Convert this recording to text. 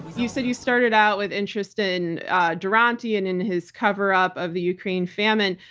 you said you started out with interest in duranty and in his cover-up of the ukraine famine,